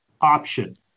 option